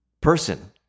person